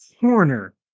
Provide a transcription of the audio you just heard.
corner